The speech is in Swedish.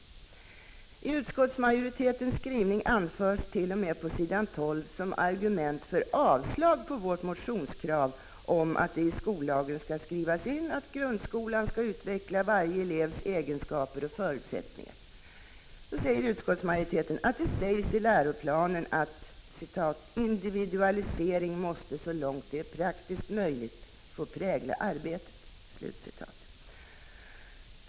I utskottsmajoritetens skrivning anförs t.o.m. på s. 12 som argument för avslag på vårt motionskrav om att det i skollagen skall skrivas in att ”grundskolan skall utveckla varje elevs egenskaper och förutsättningar” att det i läroplanen sägs att ”individualisering måste så långt det är praktiskt möjligt få prägla arbetet”.